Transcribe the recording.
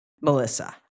Melissa